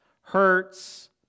hurts